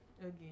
Again